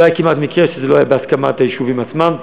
לא היה כמעט מקרה שזה לא היה בהסכמת היישובים עצמם.